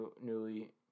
newly